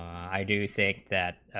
i do say that,